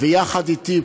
יחד אתי,